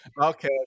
Okay